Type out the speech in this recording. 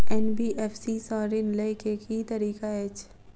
NBFC सँ ऋण लय केँ की तरीका अछि?